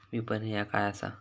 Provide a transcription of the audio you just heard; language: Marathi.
विपणन ह्या काय असा?